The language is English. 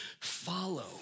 follow